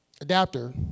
adapter